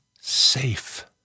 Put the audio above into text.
safe